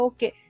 Okay